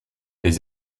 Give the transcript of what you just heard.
les